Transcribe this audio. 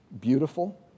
beautiful